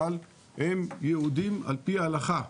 אבל הם יהודים על פי ההלכה.